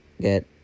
get